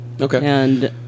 Okay